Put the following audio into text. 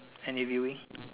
any viewing